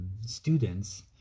students